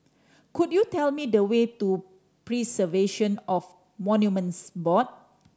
could you tell me the way to Preservation of Monuments Board